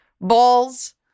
balls